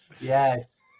yes